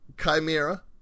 chimera